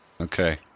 Okay